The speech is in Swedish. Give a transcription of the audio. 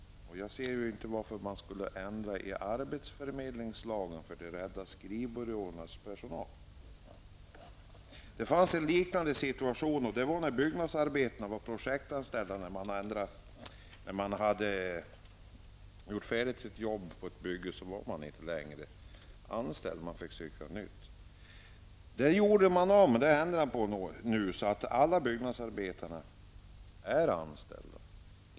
Jag ser inte varför man skulle ändra i arbetsförmedlingslagen för att rädda skrivbyråernas personal. En liknande situation var när byggnadsarbetarna var projektanställda. När de hade gjort färdigt sitt jobb på ett bygge, var de inte längre anställda. De fick söka nytt jobb. Det ändrade man så att alla byggnadsarbetare nu är anställda.